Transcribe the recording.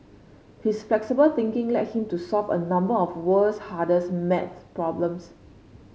his flexible thinking led him to solve a number of the world's hardest maths problems